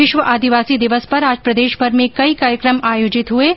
विश्व आदिवासी दिवस पर आज प्रदेशभर में कई कार्यक्रम आयोजित हए हैं